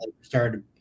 started